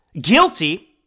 guilty